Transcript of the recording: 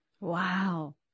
Wow